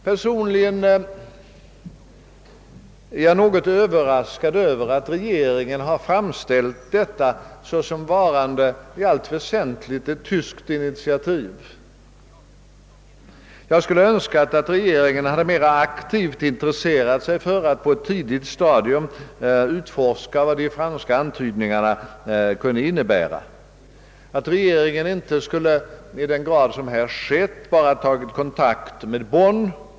Personligen är jag överraskad över att regeringen har framställt detta såsom varande i allt väsentligt ett tyskt initiativ. Jag skulle ha önskat att regeringen hade mera aktivt intresserat sig för att på ett tidigt stadium utforska vad de franska antydningarna kunde innebära, att regeringen inte skulle i den utsträckning som här skett koncentrerat kontakterna till Bonn.